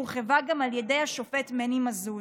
הורחבה גם על ידי השופט מני מזוז